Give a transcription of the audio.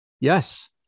Yes